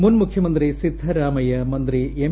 മുൻ മുഖ്യമന്ത്രി സിദ്ധരാമയ്യ മന്ത്രി എം